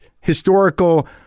Historical